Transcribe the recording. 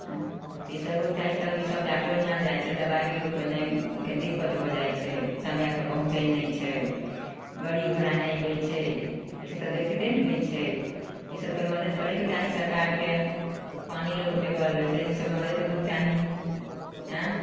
एँ तऽ इसब होइके चाही तब इसब डॉक्टरके यहाँ जाइ छै दबाइ बीरोके कने दिक्कत होइ जाइ छै समय पे पहुँचै नहि छै गाड़ी घोड़ा नहि होइ छै अइ से तऽ दिक्कते ने होइ छै इसब तऽ मदद करैके चाही सरकारके पानि ले लोक बेकल होइ छै इसब तऽ मदैद होइके चाही एँ